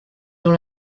dans